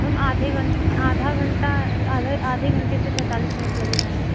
ma'am आधे घन आधा घंटा आधा आधे घंटे से पैंतालीस मिनट लगेगा मैम